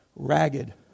ragged